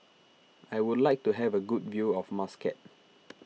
I would like to have a good view of Muscat